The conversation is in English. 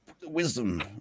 Wisdom